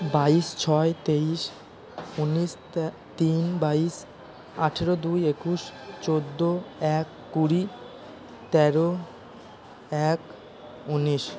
বাইশ ছয় তেইশ উনিশ তিন বাইশ আঠেরো দুই একুশ চোদ্দো এক কুড়ি তেরো এক উনিশ